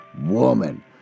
woman